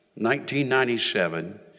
1997